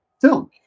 film